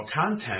content